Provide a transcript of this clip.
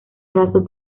raso